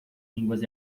línguas